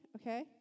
Okay